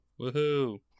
Woohoo